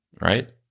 right